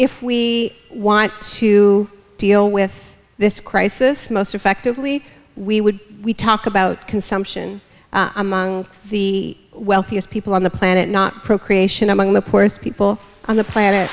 we want to deal with this crisis most effectively we would talk about consumption among the wealthiest people on the planet not procreation among the poorest people on the planet